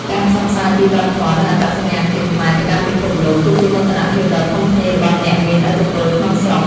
ការផ្សព្វផ្សាយពីវប្បធម៌ និងអត្តសញ្ញាណជាតិខ្មែរទៅកាន់ពិភពលោក គឺជាមោទនភាពដ៏ធំធេងរបស់អ្នកមានឥទ្ធិពលក្នុងស្រុក។